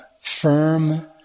firm